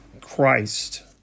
Christ